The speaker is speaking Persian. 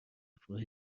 رفاه